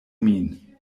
min